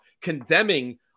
condemning